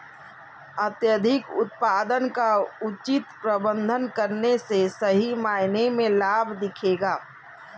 अत्यधिक उत्पादन का उचित प्रबंधन करने से सही मायने में लाभ दिखेगा